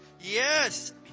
Yes